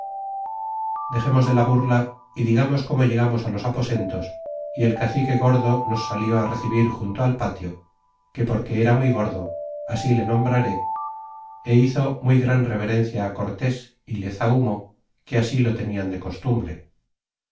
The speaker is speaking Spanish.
dexemos de la burla y digamos como llegamos los aposentos y el cacique gordo nos salió recibir junto al patio que porque era muy gordo así le nombraré é hizo muy gran reverencia cortés y le zahumó que así lo tenían de costumbre